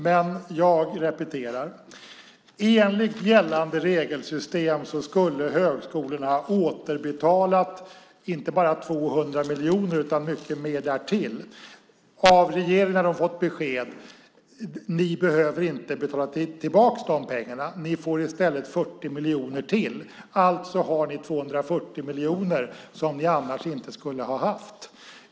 Men jag repeterar: Enligt gällande regelsystem skulle högskolorna ha återbetalat inte bara 200 miljoner utan mycket mer därtill. Av regeringen har de fått beskedet: Ni behöver inte betala tillbaka de pengarna. Ni får i stället 40 miljoner till, alltså har ni 240 miljoner som ni annars inte skulle ha haft.